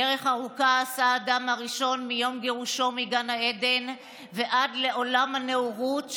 דרך ארוכה עשה האדם הראשון מיום גירושו מגן העדן ועד לעולם הנאורות,